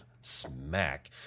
Smack